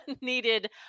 needed